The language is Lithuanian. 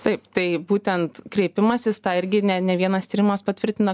taip tai būtent kreipimasis tą irgi ne ne vienas tyrimas patvirtina